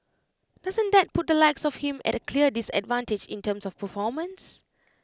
doesn't that put the likes of him at A clear disadvantage in terms of performance